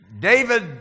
David